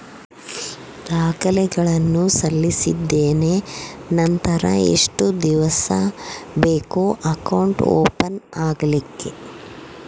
ದಾಖಲೆಗಳನ್ನು ಸಲ್ಲಿಸಿದ್ದೇನೆ ನಂತರ ಎಷ್ಟು ದಿವಸ ಬೇಕು ಅಕೌಂಟ್ ಓಪನ್ ಆಗಲಿಕ್ಕೆ?